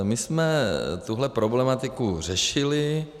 My jsme tuhle problematiku řešili.